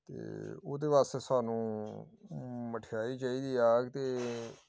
ਅਤੇ ਉਹਦੇ ਵਾਸਤੇ ਸਾਨੂੰ ਮਠਿਆਈ ਚਾਹੀਦੀ ਆ ਅਤੇ